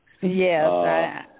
Yes